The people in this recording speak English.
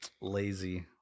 Lazy